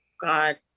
God